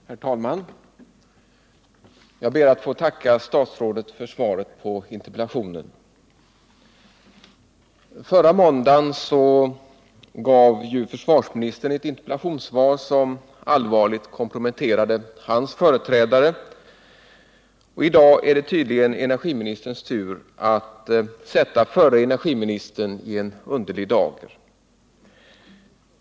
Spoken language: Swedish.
Herr talman! Jag ber att få tacka statsrådet för svaret på interpellationen. Förra måndagen gav försvarsministern ett interpellationssvar som allvarligt komprometterade hans företrädare, och i dag är det tydligen energiministerns tur att ställa förre energiministern i en underlig dager.